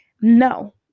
no